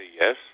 yes